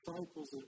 disciples